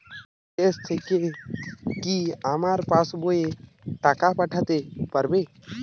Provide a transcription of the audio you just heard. বিদেশ থেকে কি আমার পাশবইয়ে টাকা পাঠাতে পারবে?